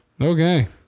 Okay